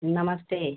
नमस्ते